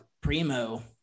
Primo